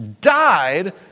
died